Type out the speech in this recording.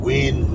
Win